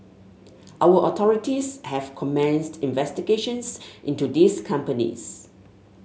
our authorities have commenced investigations into these companies